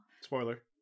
Spoiler